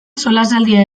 solasaldia